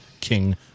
king